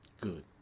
good